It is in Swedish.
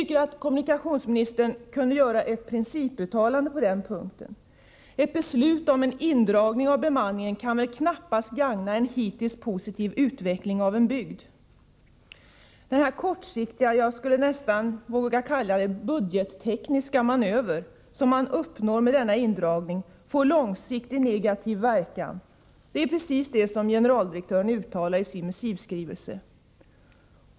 Kommunikationsministern borde kunna göra ett principuttalande på den punkten. Ett beslut om indragning av bemanningen kan ju knappast gagna en hittills positiv utveckling av en bygd. Den kortsiktiga — jag skulle vilja säga budgettekniska — manöver som man uppnår med denna indragning får långsiktig negativ verkan. Det är precis det som generaldirektören uttalar i sin missivskrivelse.